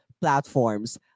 platforms